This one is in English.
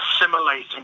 assimilating